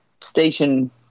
station